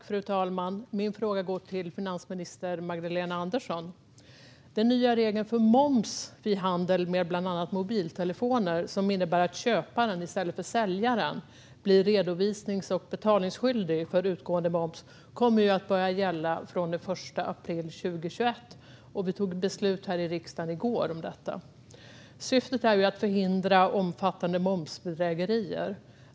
Fru talman! Min fråga går till finansminister Magdalena Andersson. Den nya regeln för moms i handel med bland annat mobiltelefoner, som innebär att köparen i stället för säljaren blir redovisnings och betalningsskyldig för utgående moms, kommer att börja gälla från den 1 april 2021. Vi fattade beslut i riksdagen om detta i går. Syftet är att förhindra omfattande momsbedrägerier.